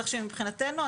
כך שמבחינתנו,